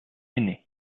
aîné